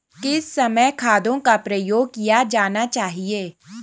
किस समय खादों का प्रयोग किया जाना चाहिए?